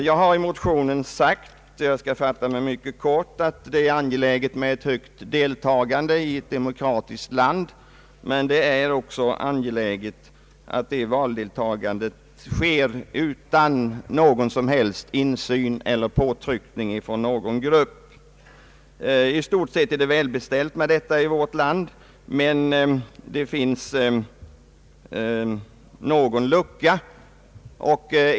Jag har i motionen framhållit — jag skall fatta mig kort — att det är angeläget med ett högt valdeltagande i ett demokratiskt land men att det också är angeläget att valdeltagandet sker utan någon som helt insyn eller påtryckning från någon grupp. I stort sett är det välbeställt med detta i vårt land, men det finns någon lucka.